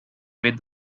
with